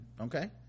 okay